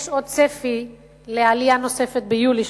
יש עוד צפי לעלייה נוספת ביולי,